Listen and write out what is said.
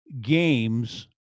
games